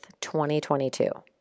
2022